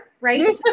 right